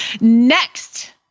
Next